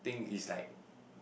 thing is like